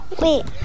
Wait